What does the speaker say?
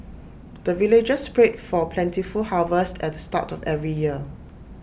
the villagers pray for plentiful harvest at the start of every year